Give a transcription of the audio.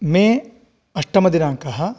मे अष्टमदिनाङ्कः